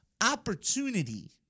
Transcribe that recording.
opportunity